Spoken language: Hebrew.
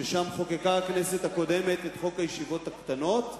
ששם הכנסת הקודמת חוקקה את חוק הישיבות הקטנות,